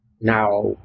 now